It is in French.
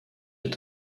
est